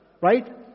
right